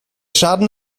schaden